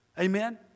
Amen